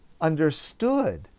understood